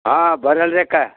ಹಾಂ ಬರಲೇಬೇಕ